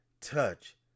touch